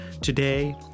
Today